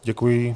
Děkuji.